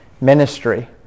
ministry